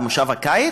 עד מושב הקיץ,